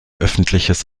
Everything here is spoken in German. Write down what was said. öffentliches